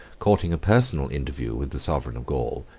courting a personal interview with the sovereign of gaul,